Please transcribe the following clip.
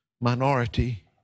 minority